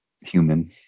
human